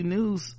News